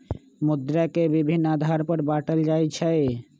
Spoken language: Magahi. मुद्रा के विभिन्न आधार पर बाटल जाइ छइ